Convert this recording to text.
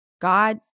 God